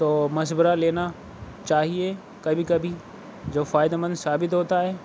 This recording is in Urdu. تو مشورہ لینا چاہیے کبھی کبھی جو فائدہ مند ثابت ہوتا ہے